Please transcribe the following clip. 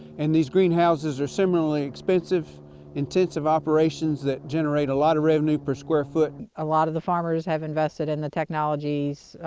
and these greenhouses are similarly expensive intensive operations that generate a lot of revenue per square foot. a lot of the farmers have invested in the technologies,